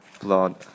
blood